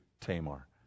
Tamar